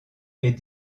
est